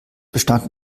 bestand